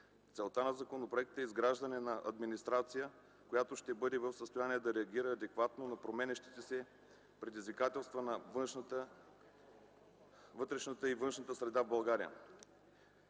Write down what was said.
Целта на законопроекта е изграждане на администрация, която ще бъде в състояние да реагира адекватно на променящите се предизвикателства на вътрешната и външната среда на България.